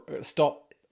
Stop